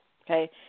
okay